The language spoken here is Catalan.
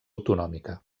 autonòmica